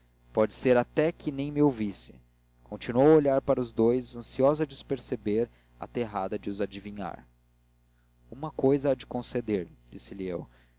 pode ser até que nem me ouvisse continuou a olhar para os dous ansiosa de os perceber aterrada de os adivinhar uma cousa há de conceder disse-lhe eu